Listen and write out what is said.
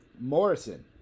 Morrison